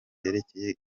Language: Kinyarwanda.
yerekeye